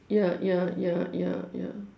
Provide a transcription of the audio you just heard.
ya ya ya ya ya